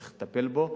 צריך לטפל בו.